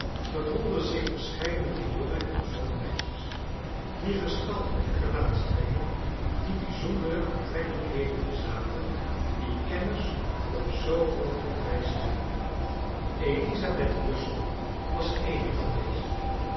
bevonden zich verscheidene jonge en gezonde meisjes wier gestalte en gelaatstrekken die bijzondere aantrekkelijkheden bezaten die kenners op zoo hoogen prijs stellen elizabeth russell was eene van deze